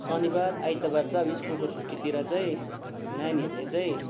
शनिवार आइतबार चाहिँ अब स्कुलको छुट्टीतिर चाहिँ नानीहरूले चाहिँ